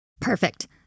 Perfect